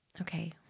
Okay